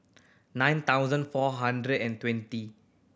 nine thousand four hundred and twenty